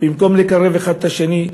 במקום לקרב אחד את השני,